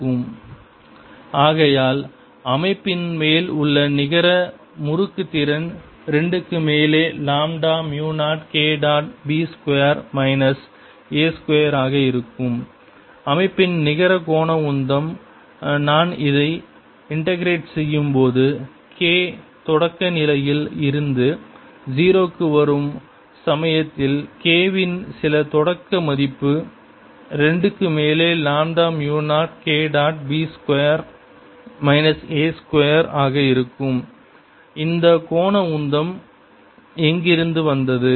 Force on the outer shell2πbσE0b2dKdt Torque on the outer shell 0b22dKdt Torque on the inner shell 0a22dKdt ஆகையால் அமைப்பின் மேல் உள்ள நிகர முறுக்கு திறன் 2 க்கு மேலே lambda mu 0 K dot b square minus a square ஆக இருக்கும் அமைப்பின் நிகர கோண உந்தம் நான் இதை இன்டெகிரெட் செய்யும் போது K தொடக்க நிலையில் இருந்து 0 க்கு வரும் சமயத்தில் K வின் சில தொடக்க மதிப்பு 2 க்கு மேலே lambda mu 0 K dot b square minus a square ஆக இருக்கும் இந்த கோண உந்தம் எங்கிருந்து வந்தது